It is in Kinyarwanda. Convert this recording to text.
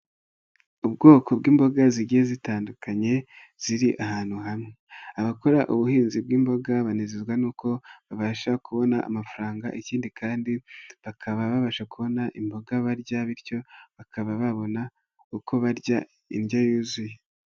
Ubwoko bw'imboga zigiye zitandukanye ziri ahantu hamwe. Abakora ubuhinzi bw'imboga banezezwa nuko babasha kubona amafaranga kindi kandi bakaba babasha kubona imboga barya, bityo bakaba babona uko barya indyo yuzuye.